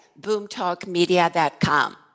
BoomTalkMedia.com